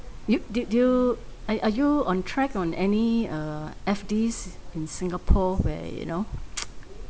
you did you are you are you on track on any uh F_Ds in singapore where you know